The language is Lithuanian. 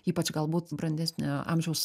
ypač galbūt brandesnio amžiaus